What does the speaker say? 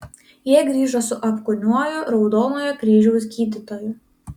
jie grįžo su apkūniuoju raudonojo kryžiaus gydytoju